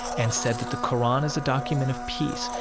and said that the qur'an is a document of peace,